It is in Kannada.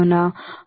ಆದ್ದರಿಂದ ನಾನು